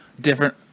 different